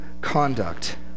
conduct